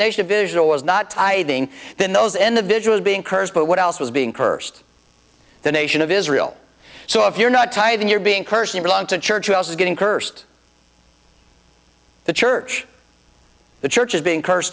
nation of visual was not tithing then those individuals being cursed but what else was being cursed the nation of israel so if you're not tithing you're being cursed and belong to a church who else is getting cursed the church the church is being curse